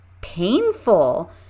painful